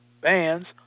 bands